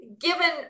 given